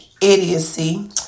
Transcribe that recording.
Idiocy